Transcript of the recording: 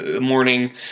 morning